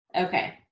Okay